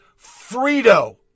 Frito